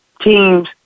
teams